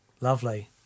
Lovely